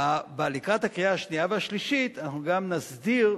לקראת הקריאה השנייה והשלישית אנחנו גם נסדיר,